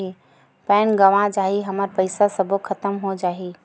Pan गंवा जाही हमर पईसा सबो खतम हो जाही?